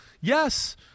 yes